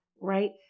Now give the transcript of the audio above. right